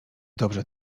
dobrze